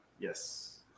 Yes